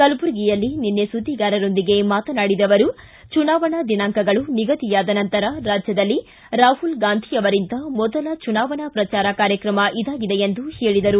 ಕಲಬುರಗಿಯಲ್ಲಿ ನಿನ್ನೆ ಸುದ್ದಿಗಾರರೊಂದಿಗೆ ಮಾತನಾಡಿದ ಅವರು ಚುನಾವಣಾ ದಿನಾಂಕಗಳು ನಿಗದಿಯಾದ ನಂತರ ರಾಜ್ಯದಲ್ಲಿ ರಾಹುಲ್ ಗಾಂಧಿ ಅವರಿಂದ ಮೊದಲ ಚುನಾವಣಾ ಪ್ರಚಾರ ಕಾರ್ಯಕ್ರಮ ಇದಾಗಿದೆ ಎಂದು ಹೇಳಿದರು